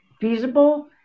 feasible